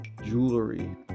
jewelry